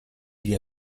gli